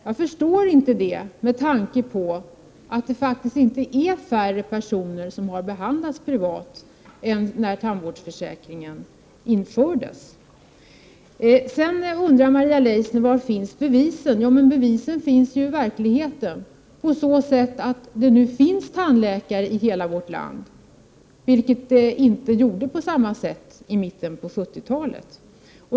Jag förstår inte det, med tanke på att det inte är färre som har behandlats privat sedan tandvårdsförsäkringen infördes. Maria Leissner undrar var bevisen finns. De finns i verkligheten, genom att det nu finns tandläkare i hela vårt land, vilket det inte gjorde på samma sätt i mitten av 70-talet.